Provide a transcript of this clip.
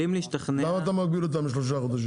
למה אתה מגביל אותם לשלושה חודשים?